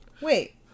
Wait